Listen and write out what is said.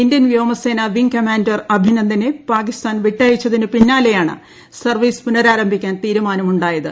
Indian പ്ര്യോമ്സേനാ wing commander അഭിനന്ദനെ പാകിസ്ഥാൻ പ്ലിട്ട്യച്ചതിന് പിന്നാലെയാണ് സർവീസ് പുനരാരംഭിക്കാൻ തീരുമാനമുണ്ടായത്